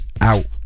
out